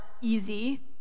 easy